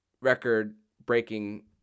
record-breaking